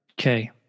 Okay